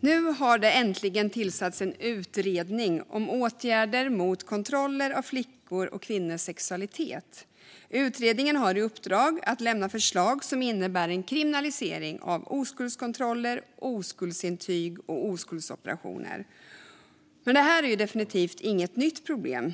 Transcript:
Nu har det äntligen tillsatts en utredning om åtgärder mot kontroller av flickors och kvinnors sexualitet. Utredningen har i uppdrag att lämna förslag som innebär en kriminalisering av oskuldskontroller, oskuldsintyg och oskuldsoperationer. Men detta är definitivt inget nytt problem.